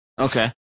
Okay